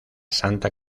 santa